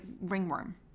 ringworm